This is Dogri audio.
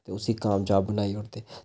ते उसी कामजाब बनाई ओड़दे